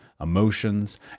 emotions